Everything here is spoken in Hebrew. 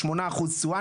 8% תשואה,